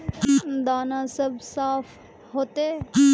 दाना सब साफ होते?